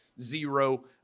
zero